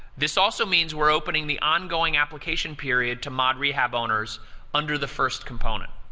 this also means we're opening the ongoing application period to mod rehab owners under the first component,